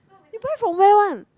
you buy from where one